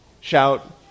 shout